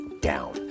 down